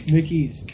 Mickey's